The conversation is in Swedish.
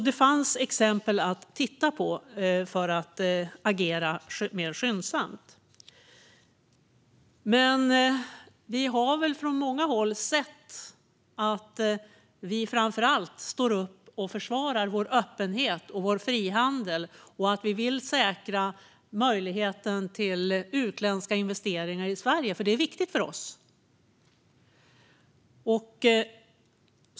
Det fanns alltså exempel att titta på för att agera mer skyndsamt. Vi har från många håll sett att vi framför allt står upp och försvarar vår öppenhet och vår frihandel och att vi vill säkra möjligheten till utländska investeringar i Sverige, för det är viktigt för oss.